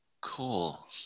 cool